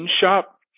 shop